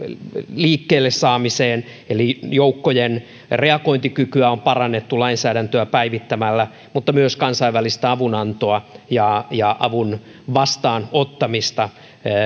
liikkeelle saamiseen eli joukkojen reagointikykyä on parannettu lainsäädäntöä päivittämällä mutta myös kansainvälistä avunantoa ja ja avun vastaanottamista